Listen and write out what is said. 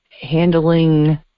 handling